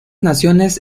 naciones